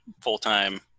full-time